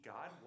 God